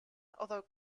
although